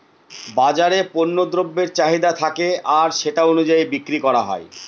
বাজারে পণ্য দ্রব্যের চাহিদা থাকে আর সেটা অনুযায়ী বিক্রি করা হয়